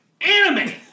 Anime